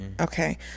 okay